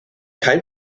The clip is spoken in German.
kein